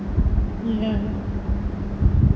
ya